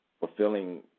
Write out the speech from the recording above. fulfilling